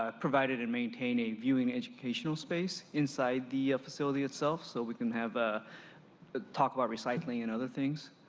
ah provided and maintained reviewing educational space inside the facility itself. so we can have ah ah talk about recycling and other things.